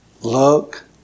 look